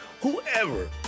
whoever